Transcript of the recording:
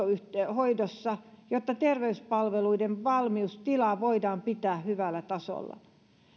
hoidossa jotta terveyspalveluiden valmiustila voidaan pitää hyvällä tasolla